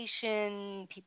People